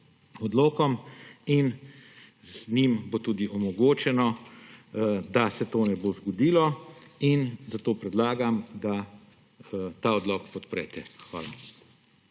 odlokom. Z njim bo omogočeno, da se to ne bo zgodilo, zato predlagam, da ta odlok podprete. Hvala.